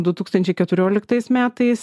du tūkstančiai keturioliktais metais